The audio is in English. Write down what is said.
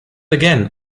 again